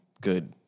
good